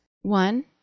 One